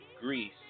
Greece